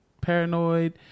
paranoid